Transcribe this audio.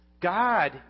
God